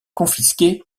confisqués